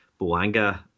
Boanga